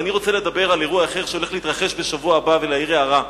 אבל אני רוצה לדבר על אירוע אחר שהולך להתרחש בשבוע הבא ולהעיר הערה.